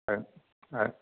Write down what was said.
ஆ ஆ